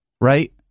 Right